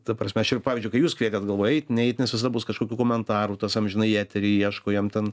ta prasme aš ir pavyzdžiui kai jūs kvietėt galvojau eit neit nes visada bus kažkokių komentarų tas amžinai į eterį ieško jam ten